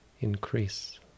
increase